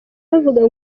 bavuga